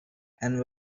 and